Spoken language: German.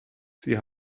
sie